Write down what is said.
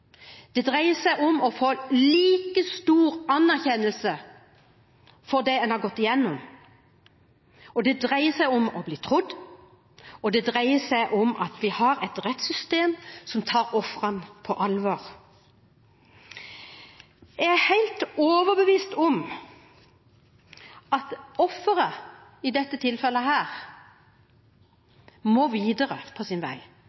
Det dreier seg om å få like stor anerkjennelse for det en har gått gjennom, det dreier seg om å bli trodd, og det dreier seg om at vi har et rettssystem som tar ofrene på alvor. Jeg er helt overbevist om at offeret i dette tilfellet må videre på sin vei.